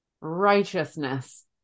righteousness